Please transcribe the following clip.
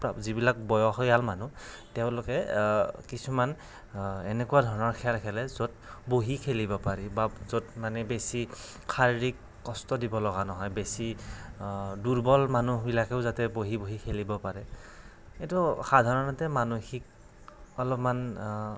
যিবিলাক বয়সীয়াল মানুহ তেওঁলোকে কিছুমান এনেকুৱা ধৰণৰ খেল খেলে য'ত বহি খেলিব পাৰি বা য'ত মানে বেছি শাৰিৰীক কষ্ট দিব লগা নহয় বেছি দুৰ্বল মানুহবিলাকেও যাতে বহি বহি খেলিব পাৰে এইটো সাধাৰণতে মানসিক অলপমান